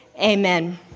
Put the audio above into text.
Amen